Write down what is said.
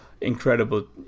incredible